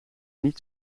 niet